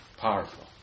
Powerful